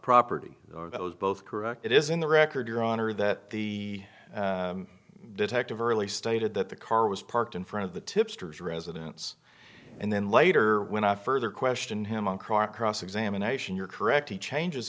property that was both correct it is in the record your honor that the detective early stated that the car was parked in front of the tipsters residence and then later when i further question him on kronk cross examination you're correct he changes